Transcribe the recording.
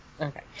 Okay